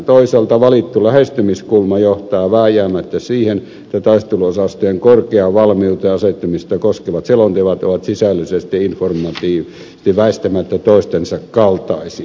toisaalta valittu lähestymiskulma johtaa vääjäämättä siihen että taisteluosastojen korkeaan valmiuteen asettamista koskevat selonteot ovat sisällöllisesti ja informaatioarvoltaan väistämättä toistensa kaltaisia